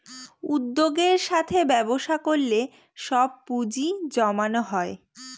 উদ্যোগের সাথে ব্যবসা করলে সব পুজিঁ জমানো হয়